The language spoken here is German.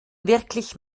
wirklich